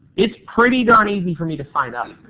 is pretty darn easy for me to find um